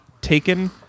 Taken